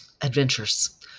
adventures